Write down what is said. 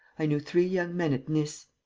i knew three young men at nice.